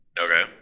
Okay